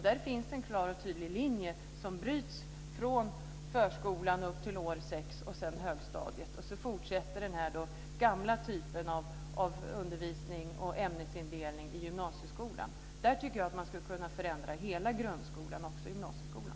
Där finns en klar och tydlig linje som bryts från förskolan upp till årskurs 6 och vidare till högstadiet. Sedan fortsätter den gamla typen av undervisning och ämnesindelning i gymnasieskolan. Där tycker jag att man skulle kunna förändra hela grundskolan och även gymnasieskolan.